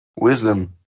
Wisdom